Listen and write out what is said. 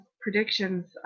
predictions